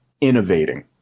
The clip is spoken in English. innovating